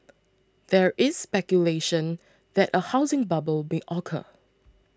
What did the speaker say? there is speculation that a housing bubble may occur